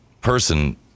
person